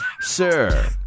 Sir